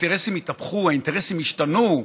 האינטרסים התהפכו, האינטרסים השתנו.